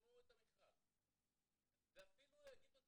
יפרסמו את המכרז ואפילו יגידו,